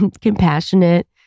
compassionate